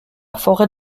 forêt